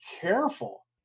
careful